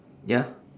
ya